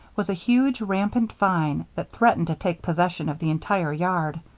was a huge, rampant vine that threatened to take possession of the entire yard.